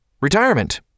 retirement